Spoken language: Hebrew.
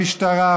המשטרה,